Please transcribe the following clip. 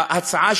בהצעה